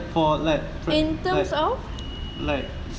in terms of